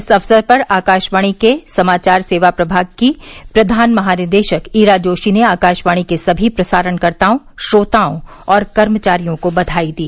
इस अवसर पर आकाशवाणी के समाचार सेवा प्रभाग की प्रधान महानिदेशक ईरा जोशी ने आकाशवाणी के सभी प्रसारणकर्ताओं श्रोताओं और कर्मचारियों को बधाई दी